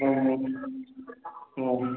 ହଁ ହଁ